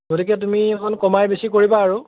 গতিকে তুমি অকণ কমাই বেছি কৰিবা আৰু